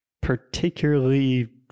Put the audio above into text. particularly